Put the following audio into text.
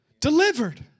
delivered